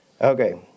Okay